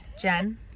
Jen